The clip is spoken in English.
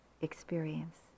experience